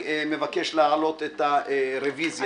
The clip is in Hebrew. אני מבקש להעלות את הרביזיה.